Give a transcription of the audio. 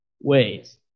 ways